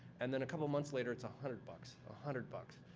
and then, a couple of months later it's a hundred bucks, a hundred bucks.